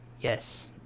Yes